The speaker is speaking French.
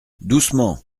doucement